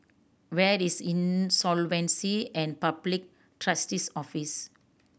where is Insolvency and Public Trustee's Office